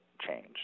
change